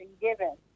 given